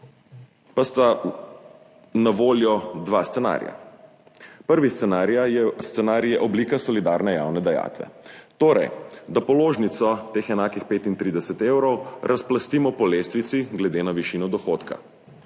pa sta na voljo dva scenarija. Prvi scenarij je oblika solidarne javne dajatve, torej da položnico, teh enakih 35 evrov, razplastimo po lestvici glede na višino dohodka.